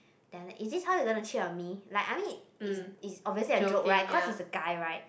then like is this how you gonna cheat on me like I mean is is obviously a joke right cause he's a guy right